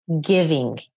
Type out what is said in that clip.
giving